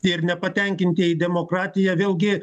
ir nepatenkintieji demokratija vėlgi